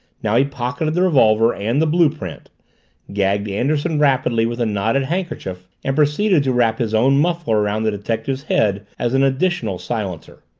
now he pocketed the revolver and the blue-print gagged anderson rapidly with a knotted handkerchief and proceeded to wrap his own muffler around the detective's head as an additional silencer.